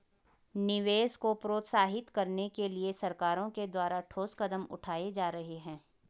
निवेश को प्रोत्साहित करने के लिए सरकारों के द्वारा ठोस कदम उठाए जा रहे हैं